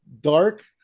Dark